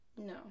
No